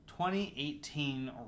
2018